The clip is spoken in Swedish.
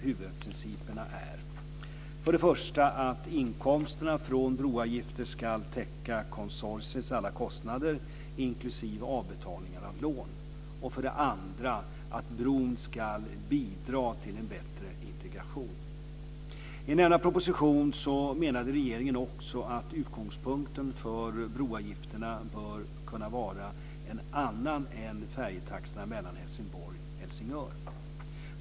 Huvudprinciperna är: · att inkomsterna från broavgifter ska täcka konsortiets alla kostnader inklusive avbetalningar av lån, · att bron ska bidra till en bättre integration. I nämnda proposition menade regeringen också att utgångspunkten för broavgifterna bör kunna vara en annan än för taxorna för färjorna mellan Helsingborg och Helsingör.